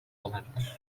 olabilir